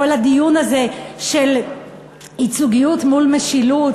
כל הדיון הזה של ייצוגיות מול משילות.